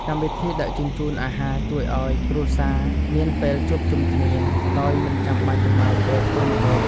កម្មវិធីដឹកជញ្ជូនអាហារជួយឱ្យគ្រួសារមានពេលជួបជុំគ្នា ដោយមិនបាច់ចំណាយពេលធ្វើម្ហូប។